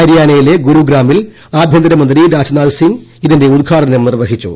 ഹരിയാനയിലെ ഗുരുഗ്രാമിൽ ആഭ്യന്തരമന്ത്രി രാജ്നാഥ് സിംഗ് ഇതിന്റെ ഉദ്ഘാടനം നിർവഹിച്ചു